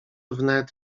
wnet